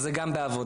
אז זה גם בעבודה.